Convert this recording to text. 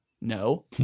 No